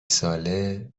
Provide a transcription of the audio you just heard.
ساله